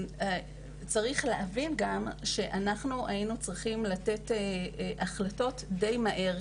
צריך להבין גם שאנחנו היינו צריכים לתת החלטות די מהר,